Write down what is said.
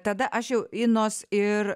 tada aš jau inos ir